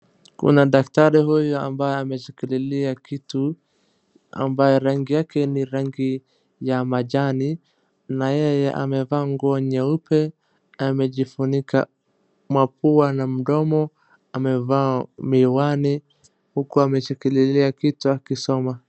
Kuna daktari huyu ambaye ameshikilia kitu ambayo rangi yake ni rangi ya majani, na yeye amevaa nguo nyeupe, amejifunika mapua na mdomo, amevaa miwani huku ameshikilia kitu akisoma.